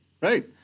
Right